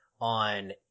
on